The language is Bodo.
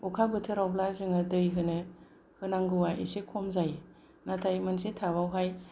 अखा बोथोरावब्ला जोङो दै होनो नांगौआ एसे खम जायो नाथाय मोनसे टापआवहाय